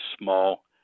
small